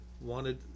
wanted